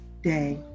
day